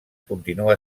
continua